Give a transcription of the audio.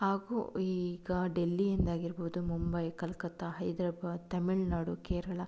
ಹಾಗೂ ಈಗ ಡೆಲ್ಲಿಯಿಂದ ಆಗಿರ್ಬೋದು ಮುಂಬೈ ಕಲ್ಕತ್ತಾ ಹೈದರಾಬಾದ್ ತಮಿಳ್ ನಾಡು ಕೇರಳ